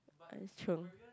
I chiong